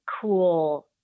cool